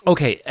Okay